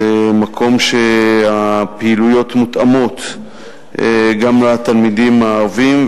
זה מקום שהפעילויות מותאמות בו גם לתלמידים הערבים,